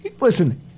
listen